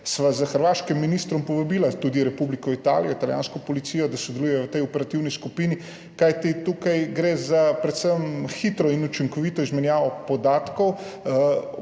sva s hrvaškim ministrom povabila tudi Italijansko republiko, italijansko policijo, da sodelujejo v tej operativni skupini. Kajti tukaj gre predvsem za hitro in učinkovito izmenjavo podatkov